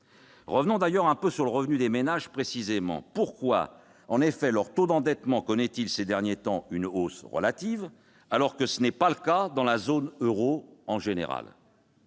Revenons d'ailleurs sur le cas des ménages : pourquoi leur taux d'endettement connaît-il ces derniers temps une hausse relative, alors que tel n'est pas le cas dans la zone euro en général ?